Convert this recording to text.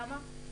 למה?